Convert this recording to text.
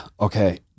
okay